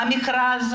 המכרז,